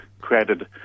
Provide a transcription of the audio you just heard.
created